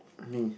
me